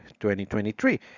2023